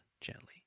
gently